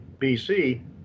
BC